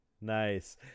Nice